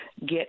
get